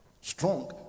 strong